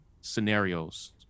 scenarios